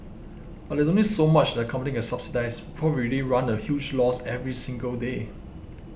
but there's only so much that the company can subsidise before we really run a huge loss every single day